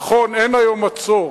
נכון, אין היום מצור